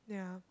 yeah